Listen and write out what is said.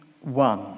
one